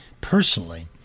personally